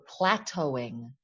plateauing